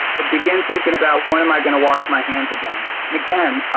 begin thinking about when am i going to wash my hands again? and again,